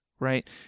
Right